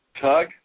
Tug